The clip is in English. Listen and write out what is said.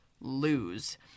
lose